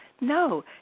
No